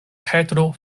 petro